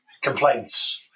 complaints